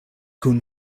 kun